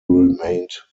remained